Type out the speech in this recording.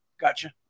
Gotcha